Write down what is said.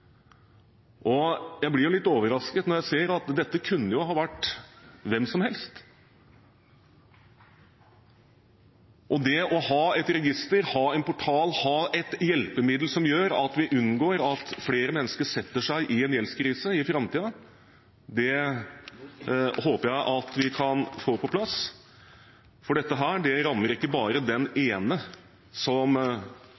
og jeg blir litt overrasket når jeg ser at dette kunne jo ha vært hvem som helst. Det å ha et register, en portal, et hjelpemiddel som gjør at vi unngår at flere mennesker setter seg i en gjeldskrise i framtiden, håper jeg vi kan få på plass, for dette rammer ikke bare den